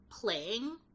playing